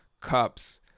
cups